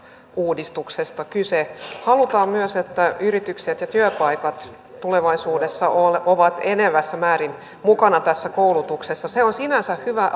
uudistuksesta kyse halutaan myös että yritykset ja työpaikat tulevaisuudessa ovat enenevässä määrin mukana tässä koulutuksessa se on sinänsä hyvä